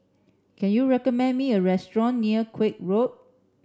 can you recommend me a restaurant near Koek Road